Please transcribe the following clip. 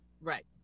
Right